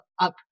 up